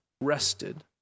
Rested